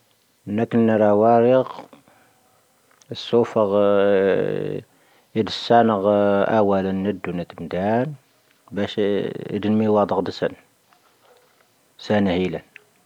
ⵏⴰⴽⴰ ⵏⴰⵔⴰ ⵡⴰⵔⵉⴽ. ⴰⵙⵙoⴼⴰ. ⵉⴷⵙⴰⵏⴰ. ⴰⵡⴰ ⵍⴰⵏ ⵏⵉⴷⵓ ⵏⵉⴷⵓ ⵏⵉⴷⵓ ⵏⵉⴷⴰⴰⵏ. ⴱⴰⵙⵀⵉ ⵉⴷⵉⵏⵎⵉ ⵡⴰⴷⵣⴰⴷⵣⴰⵙⴰⵏ. ⵙⴰⵏⴰⵀⵉⵍⴰ.